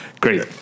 Great